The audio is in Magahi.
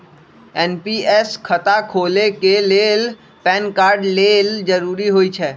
एन.पी.एस खता खोले के लेल पैन कार्ड लेल जरूरी होइ छै